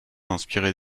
inspirées